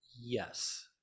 Yes